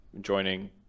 joining